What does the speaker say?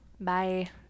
Bye